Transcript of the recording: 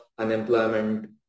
Unemployment